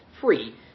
free